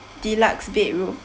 deluxe bedroom